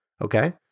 Okay